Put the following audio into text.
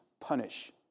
punish